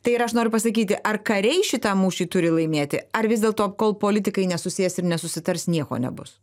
tai yra aš noriu pasakyti ar kariai šitą mūšį turi laimėti ar vis dėlto kol politikai nesusės ir nesusitars nieko nebus